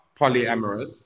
polyamorous